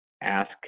ask